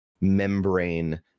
membrane